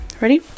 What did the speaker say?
ready